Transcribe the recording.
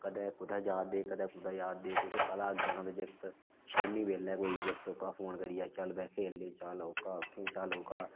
कदें कुदै जा'रदे कदें कुदै जा'रदे तुसेंगी पता ग्रांऽ दे जागत शामी बेल्लै कोई जागत ओह्का फोन करियै चल भई खेलने गी चल ओह्का उत्थें चल ओह्का